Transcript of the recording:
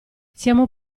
siamo